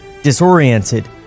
Disoriented